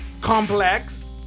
complex